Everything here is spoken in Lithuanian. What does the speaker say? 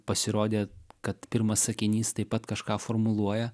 pasirodė kad pirmas sakinys taip pat kažką formuluoja